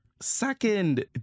second